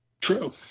True